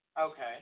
Okay